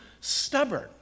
stubborn